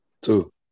two